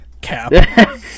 cap